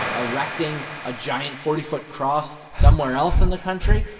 erecting a giant, forty foot cross somewhere else in the country,